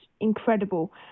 incredible